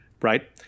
Right